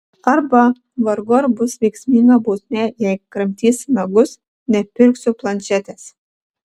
arba vargu ar bus veiksminga bausmė jei kramtysi nagus nepirksiu planšetės